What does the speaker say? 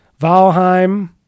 Valheim